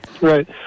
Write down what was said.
Right